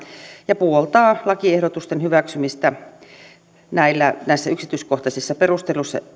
ja puoltaa lakiehdotusten hyväksymistä näissä yksityiskohtaisissa perusteluissa